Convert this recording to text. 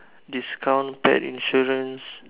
discount pet insurance